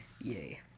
Yay